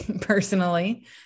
personally